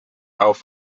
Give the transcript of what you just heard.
auf